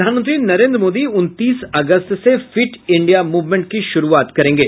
प्रधानमंत्री नरेन्द्र मोदी उनतीस अगस्त से फिट इंडिया मूवमेंट की शुरूआत करेंगे